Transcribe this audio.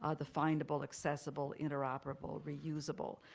ah the findable, accessible, interoperable, reusable?